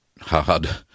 hard